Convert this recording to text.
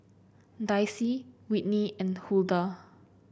Dicy Whitney and Huldah